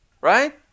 Right